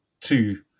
two